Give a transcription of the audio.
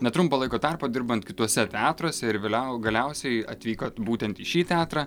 netrumpo laiko tarpo dirbant kituose teatruose ir vėliau galiausiai atvykot būtent į šį teatrą